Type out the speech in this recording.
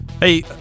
Hey